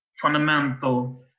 fundamental